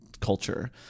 culture